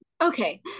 Okay